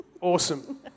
Awesome